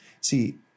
See